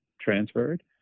transferred